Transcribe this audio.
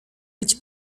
być